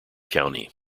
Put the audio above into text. county